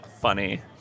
funny